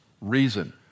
Reason